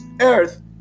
earth